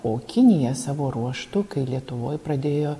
o kinija savo ruožtu kai lietuvoj pradėjo